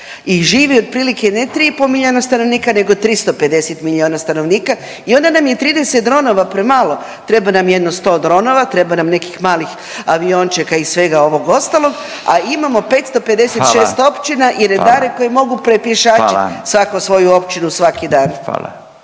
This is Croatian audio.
i živi otprilike ne 3,5 miliona stanovnika nego 350 miliona stanovnika i onda nam je 30 dronova premalo, treba nam jedno 100 dronova, treba nam nekih malih aviončeka i svega ovog ostalog, a imamo 556 općina …/Upadica: Hvala./… i redare koji mogu prepješačit …/Upadica: Hvala./… svako svoju općinu svaki dan.